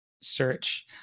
search